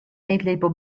eetlepel